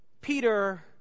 Peter